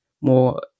more